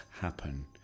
happen